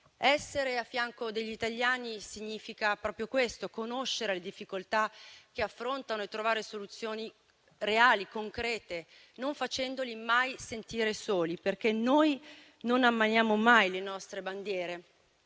Essere a fianco degli italiani significa proprio questo: conoscere le difficoltà che affrontano e trovare soluzioni reali, concrete, non facendoli mai sentire soli, perché noi non ammainiamo mai le nostre bandiere;